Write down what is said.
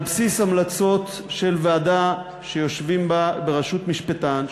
על בסיס המלצות של ועדה בראשות משפטן,